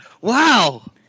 Wow